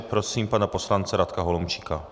Prosím pana poslance Radka Holomčíka.